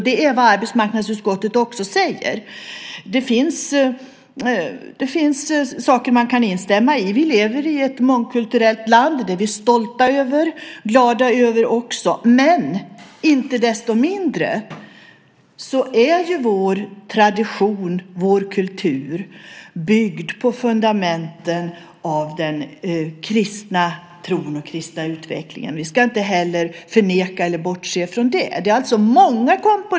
Det är också vad arbetsmarknadsutskottet säger. En del av det Leif Björnlod säger kan jag instämma i. Vi lever i ett mångkulturellt land, och det är vi stolta och glada över. Men inte desto mindre är vår tradition och kultur byggd på fundamentet av den kristna tron och den kristna utvecklingen. Det ska vi inte förneka eller bortse från.